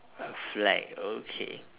a flag okay